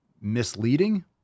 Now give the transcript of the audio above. misleading